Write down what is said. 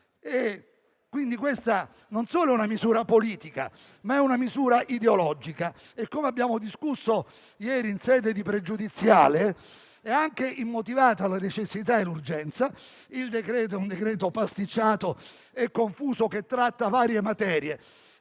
quindi, non solo è una misura politica, ma è una misura ideologica e, come abbiamo discusso ieri in sede di questione pregiudiziale, è anche immotivata la necessità e urgenza. Il decreto-legge è pasticciato e confuso e tratta varie materie.